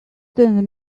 and